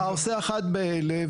כתוב: "העושה אחת מאלה,